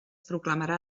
proclamarà